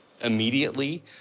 immediately